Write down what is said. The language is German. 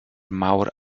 mauer